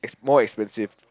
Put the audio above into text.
more expensive